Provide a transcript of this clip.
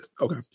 okay